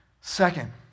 Second